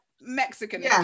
Mexican